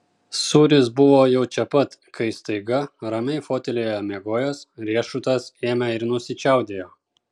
sūris buvo jau čia pat kai staiga ramiai fotelyje miegojęs riešutas ėmė ir nusičiaudėjo